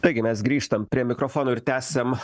taigi mes grįžtam prie mikrofono ir tęsiam